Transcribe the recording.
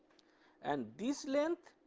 and this length